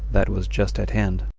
that was just at hand.